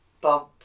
bump